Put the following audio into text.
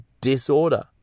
disorder